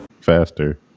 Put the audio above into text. Faster